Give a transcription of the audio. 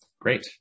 Great